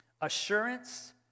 assurance